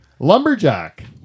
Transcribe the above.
Lumberjack